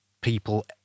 people